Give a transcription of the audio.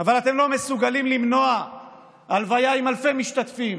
אבל אתם לא מסוגלים למנוע הלוויה עם אלפי משתתפים